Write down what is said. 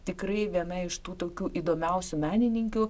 tikrai viena iš tų tokių įdomiausių menininkių